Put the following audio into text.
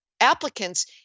applicants